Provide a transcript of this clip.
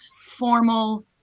formal